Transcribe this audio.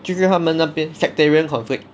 就是他们那边 sectarian conflict